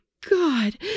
god